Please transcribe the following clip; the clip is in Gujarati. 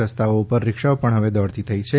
રસ્તાઓ ઉપર રિક્ષાઓ પણ હવે દોડતી થઇ છે